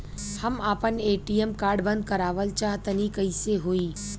हम आपन ATM card बंद करावल चाह तनि कइसे होई?